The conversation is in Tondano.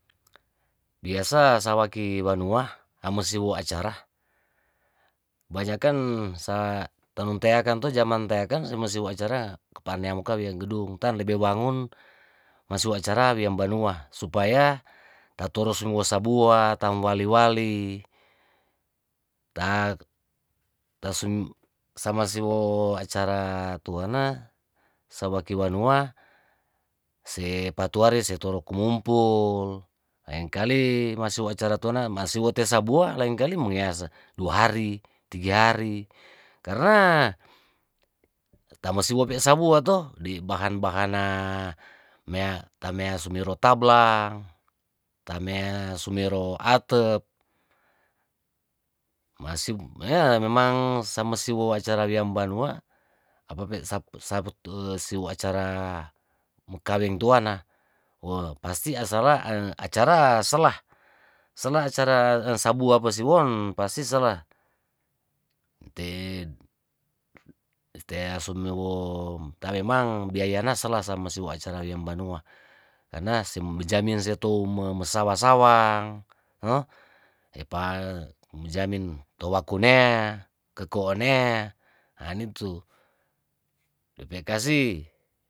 Biasa sawaki wanua namesio acara banyakan sa tanteyakan to zaman te yakang to zaman te yakang semesiwo acara kepania moka wia gedung tan lebe wangun masiwo acara wian banua supaya tatorosomo sabua tamo waliwali ta tasum samasiwo acara tuana sawaki wanua se patuare se toro kumumpul laengkali masiwo acara toana masiwo te sabua lengkali mangeas dua hari tiga hari karna tamosiwope sabua to di bahan bahan na mea tema sumiro tablang tamea sumero atep masi pokonya memang samasiwo acawawiam banua apape sab sab siwo acara mekaweng tuana wo pasti asala acara selah selah acara sabua pasiwon pasti sela nte teasumiwo tamemang biaya na sela masiwo acara wiambanua karna mbejamin se tou mesawasawang hoh hepa menjamin towaku nea keko'o nea ha initu depe kasi.